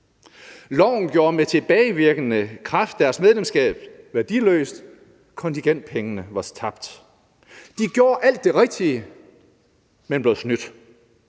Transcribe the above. Loven gjorde med tilbagevirkende kraft deres medlemskab værdiløst. Kontingentpengene var tabt. De gjorde alt det rigtige, men blev snydt.